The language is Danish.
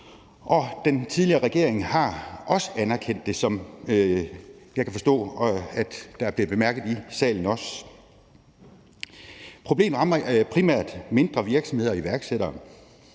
den tidligere regering har også anerkendt det, hvilket jeg kan forstå også er blevet bemærket i salen. Problemet rammer primært mindre virksomheder og iværksættere,